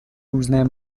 různé